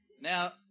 Now